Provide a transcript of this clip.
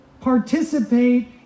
participate